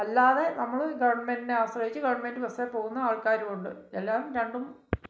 അല്ലാതെ നമ്മള് ഗെവണ്മെൻറ്റിനെ ആശ്രയിച്ച് ഗെവണ്മെന്റ് ബസ്സേ പോവുന്ന ആൾക്കാരുമുണ്ട് എല്ലാം രണ്ടും